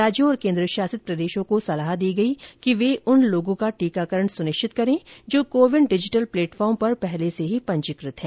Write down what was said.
राज्यों और केन्द्रशासित प्रदेशों को सलाह दी गई कि वे उन लोगों का टीकाकरण सुनिश्चित करे जो को विन डिजिटल प्लटेफॉर्म पर पहले से ही पंजीकृत हैं